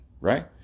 right